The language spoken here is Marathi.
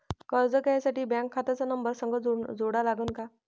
कर्ज घ्यासाठी बँक खात्याचा नंबर संग जोडा लागन का?